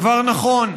דבר נכון.